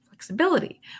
flexibility